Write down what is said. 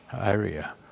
area